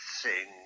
sing